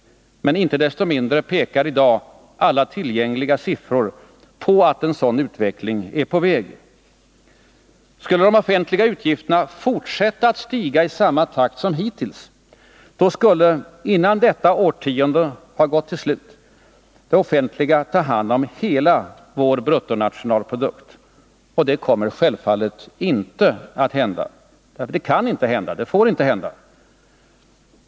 Icke desto mindre pekar i dag alla tillgängliga siffror på att en sådan utveckling är på väg. Skulle de offentliga utgifterna fortsätta att stiga i samma takt som hittills, skulle innan detta årtionde har gått till slut det offentliga ta i anspråk hela vår bruttonationalprodukt. Det kommer självfallet inte att hända. Det kan och får inte hända.